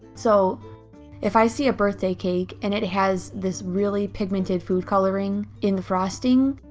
so if i see a birthday cake and it has this really pigmented food coloring in the frosting,